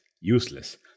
useless